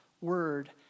word